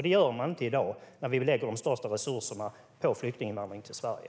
Det gör vi inte i dag när vi lägger de största resurserna på flyktinginvandring till Sverige.